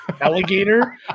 Alligator